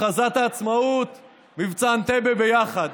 הכרזת העצמאות ומבצע אנטבה ביחד.